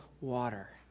water